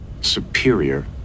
Superior